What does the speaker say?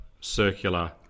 circular